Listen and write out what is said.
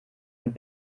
und